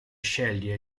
sceglie